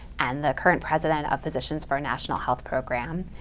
and the current president of physicians for a national health program.